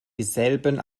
dieselben